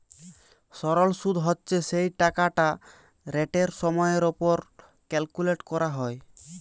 সরল শুদ হচ্ছে যেই টাকাটা রেটের সময়ের উপর ক্যালকুলেট করা হয়